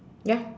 ya